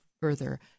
further